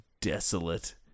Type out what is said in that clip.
desolate